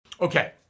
Okay